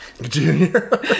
Junior